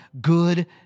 good